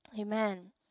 amen